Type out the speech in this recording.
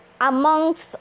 Amongst